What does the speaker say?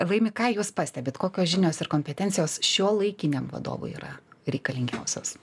laimi ką jūs pastebit kokios žinios ir kompetencijos šiuolaikiniam vadovui yra reikalingiausios